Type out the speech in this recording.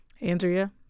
Andrea